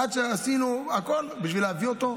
עד שעשינו הכול בשביל להביא אותו,